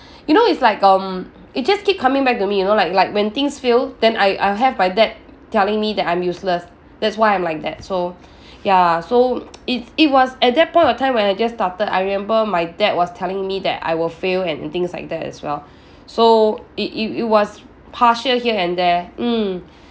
you know it's like um it just keep coming back to me you know like like when things fail then I I'll have my dad telling me that I'm useless that's why I'm like that so ya so it's it was at that point of time when I just started I remember my dad was telling me that I will fail and and things like that as well so it it it was partial here and there mm